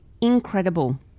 incredible